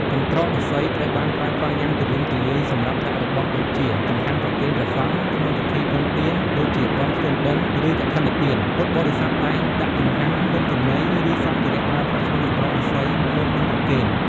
កន្ត្រកឫស្សីត្រូវបានប្រើប្រាស់យ៉ាងទូលំទូលាយសម្រាប់ដាក់របស់ដូចជា ចង្ហាន់ប្រគេនព្រះសង្ឃ ក្នុងពិធីបុណ្យទាន ដូចជាបុណ្យភ្ជុំបិណ្ឌ ឬកឋិនទាន ពុទ្ធបរិស័ទតែងដាក់ចង្ហាន់ នំចំណី ឬសម្ភារៈប្រើប្រាស់ក្នុងកន្ត្រកឫស្សីមុននឹងប្រគេន។